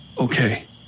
Okay